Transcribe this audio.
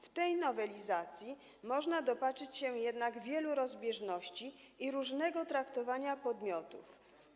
W tej nowelizacji można dopatrzyć się jednak wielu rozbieżności i różnego traktowania podmiotów.